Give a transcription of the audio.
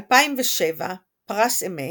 2007 פרס א.מ.ת,